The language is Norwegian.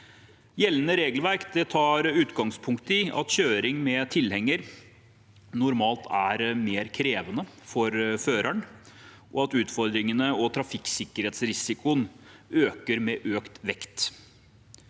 Gjeldende regelverk tar utgangspunkt i at kjøring med tilhenger normalt er mer krevende for føreren, og at utfordringene og trafikksikkerhetsrisikoen øker med økt vekt.